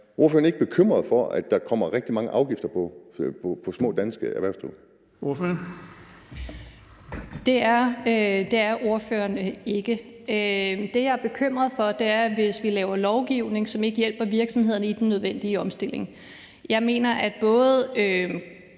Ordføreren. Kl. 19:28 Marianne Bigum (SF): Det er ordføreren ikke. Det, jeg er bekymret for, er, hvis vi laver lovgivning, som ikke hjælper virksomhederne i den nødvendige omstilling. Jeg mener, at både